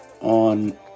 on